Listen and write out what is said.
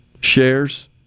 shares